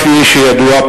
כפי שידוע,